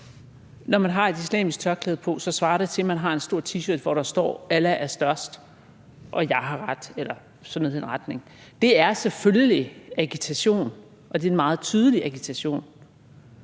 Når man har et islamisk tørklæde på, svarer det til, at man har en stor T-shirt, hvorpå der står »Allah er størst, og jeg har ret« eller sådan noget i den retning. Det er selvfølgeligt agitation, og det er en meget tydelig agitation.